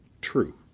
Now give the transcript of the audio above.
True